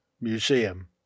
Museum